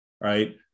right